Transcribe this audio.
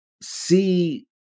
see